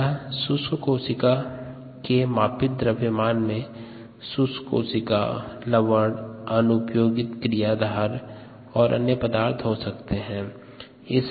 अतः शुष्क कोशिका के मापित द्रव्यमान में शुष्क कोशिका लवण अन उपयोगित क्रियाधार और अन्य पदार्थ हो सकते है